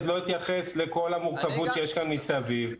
אז לא אתייחס לכל המורכבות שיש כאן מסביב.